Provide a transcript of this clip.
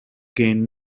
gained